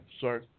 Sorry